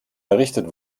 errichtet